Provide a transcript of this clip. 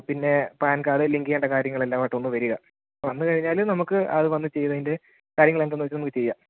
പിന്നെ PAN card link ചെയ്യേണ്ട കാര്യങ്ങലെല്ലാമായിട്ടൊന്ന് വരിക വന്ന് കഴിഞ്ഞാൽ നമുക്ക് അത് വന്ന് ചെയ്തതിൻ്റെ കാര്യങ്ങളെന്തെന്ന് വിശദം നമുക്ക് ചെയ്യാം